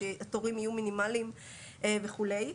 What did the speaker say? שהתורים יהיו מינימליים וכולי.